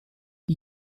die